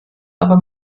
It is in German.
aber